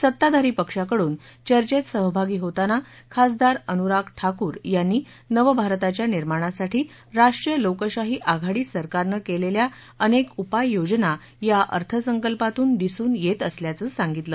सत्ताधारी पक्षाकडून चर्चेत सहभागी होताना खासदार अनुराग ठाकुर यांनी नवभारताच्या निर्माणासाठी राष्ट्रीय लोकशाही आघाडी सरकारनं केलेल्या अनेक उपाययोजना या अर्थसंकल्पातून दिसून येत असल्याचं सांगितलं